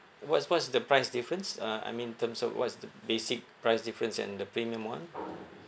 what's what's the price difference uh I mean in terms of what is the basic price difference and the premium one